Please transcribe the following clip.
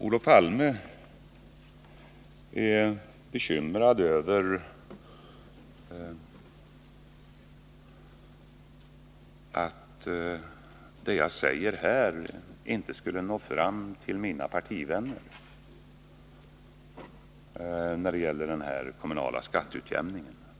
Olof Palme är bekymrad över att det jag säger här om den kommunala skatteutjämningen inte skulle nå fram till mina partivänner.